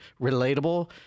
relatable